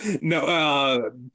No